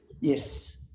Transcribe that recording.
Yes